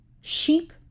Sheep